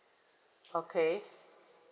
okay